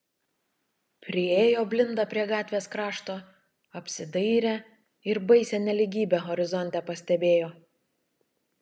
priėjo blinda prie gatvės krašto apsidairė ir baisią nelygybę horizonte pastebėjo